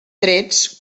trets